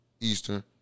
Eastern